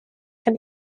can